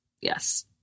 Yes